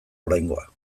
oraingoa